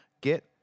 get